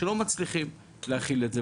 ולא מצליחים להכיל את זה.